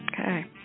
Okay